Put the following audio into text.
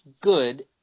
good